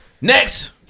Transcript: next